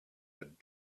had